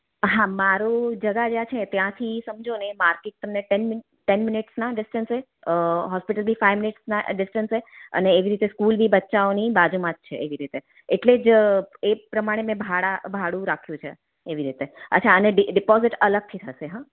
હા મારી જગ્યા જ્યાં છે ત્યાંથી સમજોને માર્કેટ તમને ટેન મિનિટ ટેન મિનિટ્સના ડિસ્ટન્સે હોસ્પિટલથી ફાઈવ મિન્ટ્સના એ ડિસ્ટન્સે અને એવી રીતે સ્કૂલ ભી બચ્ચાઓની બાજુમાં જ છે એવી રીતે એટલે જ એ પ્રમાણે મેં ભાડું રાખ્યું છે એવી રીતે અચ્છા અને ડિપોઝિટ અલગથી થશે હા